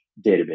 database